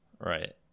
right